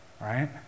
Right